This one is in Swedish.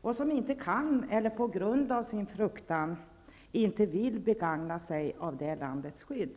och som inte kan eller på grund av sin fruktan inte vill begagna sig av det landets skydd.''